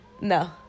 No